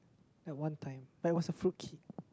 that one time I was the a fruit cake